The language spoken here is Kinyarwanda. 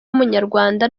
w’umunyarwanda